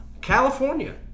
California